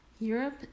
Europe